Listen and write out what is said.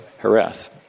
Hereth